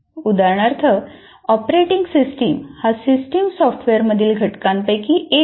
उदाहरणार्थ operating system हा system सॉफ्टवेयरमधील घटकांपैकी एक आहे